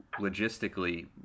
logistically